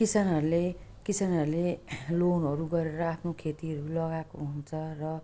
किसानहरूले किसानहरूले लोनहरू गरेर आफ्नो खेतीहरू लगाएको हुन्छ र